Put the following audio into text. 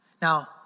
Now